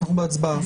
אנחנו בהצבעה.